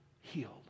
healed